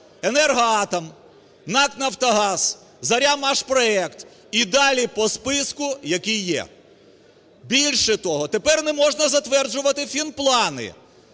"Енергоатом", НАК "Нафтогаз", "Зоря"-"Машпроект" і далі по списку, який є. Більше того, тепер не можна затверджувати фінплани.